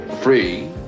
free